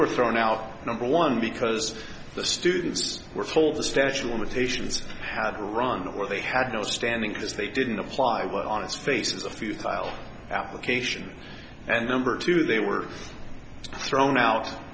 were thrown out number one because the students were told the statue imitations had run or they had no standing because they didn't apply well on its faces of the file application and number two they were thrown out